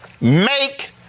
make